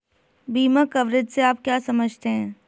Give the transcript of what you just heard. बीमा कवरेज से आप क्या समझते हैं?